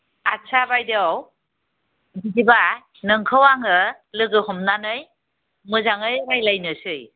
आस्सा बायदेव बिदिब्ला नोंखौ आङो लोगो हमनानै मोजाङै रायज्लायनोसै